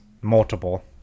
Multiple